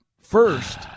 first